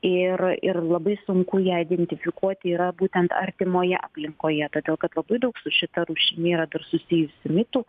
ir ir labai sunku ją identifikuoti yra būtent artimoje aplinkoje todėl kad labai daug su šita rūšimi yra dar susijusių mitų